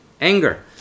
anger